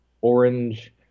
orange